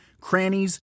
crannies